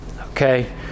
Okay